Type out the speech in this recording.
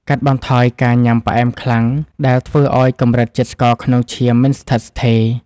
កាត់បន្ថយការញ៉ាំផ្អែមខ្លាំង ដែលធ្វើឱ្យកម្រិតជាតិស្ករក្នុងឈាមមិនស្ថិតស្ថេរ។